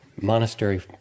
monastery